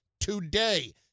today